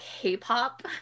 K-pop